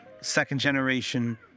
second-generation